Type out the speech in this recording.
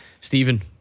Stephen